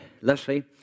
Leslie